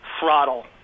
throttle